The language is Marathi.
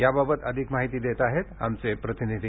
याबाबत अधिक माहिती देत आहेत आमचे प्रतिनिधी